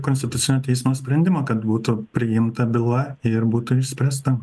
konstitucinio teismo sprendimo kad būtų priimta byla ir būtų išspręsta